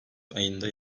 ayında